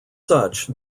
such